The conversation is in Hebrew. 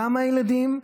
גם הילדים,